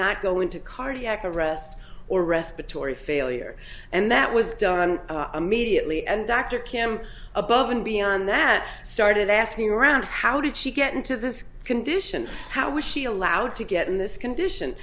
not go into cardiac arrest or respiratory failure and that was done immediately and dr kim above and beyond that started asking around how did she get into this condition how was she allowed to get in this condition